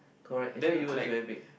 correct actually it was very big